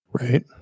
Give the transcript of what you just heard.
Right